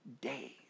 days